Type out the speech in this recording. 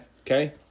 Okay